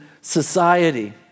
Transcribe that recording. society